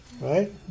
Right